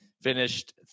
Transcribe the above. finished